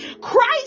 Christ